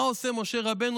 מה עושה משה רבנו?